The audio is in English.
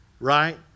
right